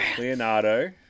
Leonardo